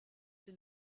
sie